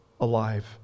alive